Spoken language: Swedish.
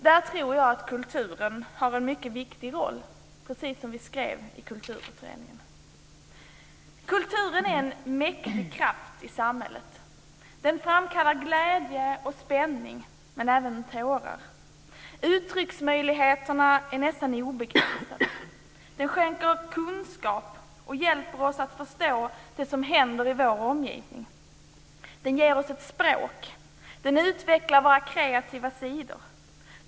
Där tror jag att kulturen har en mycket viktig roll, precis som vi skrev i Kulturutredningen. Kulturen är en mäktig kraft i samhället. Den framkallar glädje och spänning, men även tårar. Uttrycksmöjligheterna är nästan obegränsade. Den skänker kunskap och hjälper oss att förstå det som händer i vår omgivning. Den ger oss ett språk. Den utvecklar våra kreativa sidor.